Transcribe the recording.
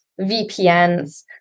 VPNs